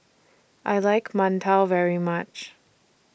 I like mantou very much